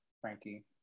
Frankie